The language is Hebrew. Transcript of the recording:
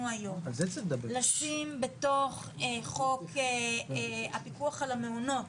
היום לשים בתוך חוק הפיקוח על המעונות,